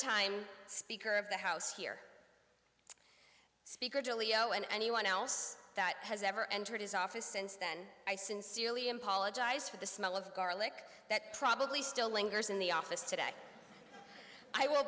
time speaker of the house here speaker julio and anyone else that has ever entered his office since then i sincerely apologize for the smell of garlic that probably still lingers in the office today i will